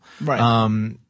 Right